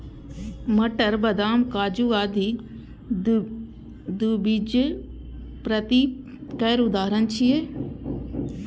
मटर, बदाम, काजू आदि द्विबीजपत्री केर उदाहरण छियै